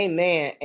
Amen